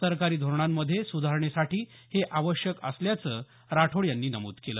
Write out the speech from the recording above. सरकारी धोरणांमध्ये सुधारणेसाठी हे आवश्यक असल्याचं राठोड यांनी सांगितलं